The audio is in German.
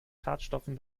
schadstoffen